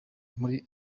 muri